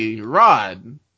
rod